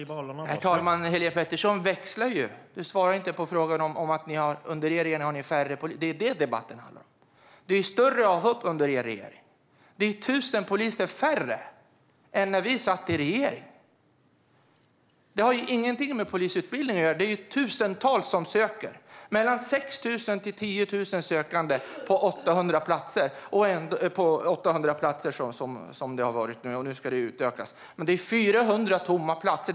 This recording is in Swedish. Herr talman! Helene Petersson i Stockaryd växlar och svarar inte på frågan om att det är färre poliser under nuvarande regering, men det är det som debatten handlar om. Det är större avhopp under er regering, Helene Petersson. Det är 1 000 poliser färre än när vi satt i regeringsställning, och det har ingenting med polisutbildningen att göra. Det är tusentals som söker. Det är mellan 6 000 och 10 000 sökande. Antalet platser har varit 800, och nu ska det utökas. Men det är 400 tomma platser.